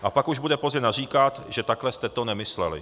A pak už bude pozdě naříkat, že takhle jste to nemysleli.